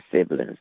siblings